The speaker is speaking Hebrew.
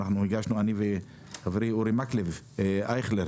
אני וחברי אורי מקלב ואייכלר.